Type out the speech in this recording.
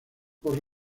por